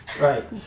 Right